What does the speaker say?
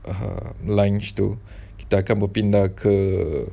um lunch tu kita akan berpindah ke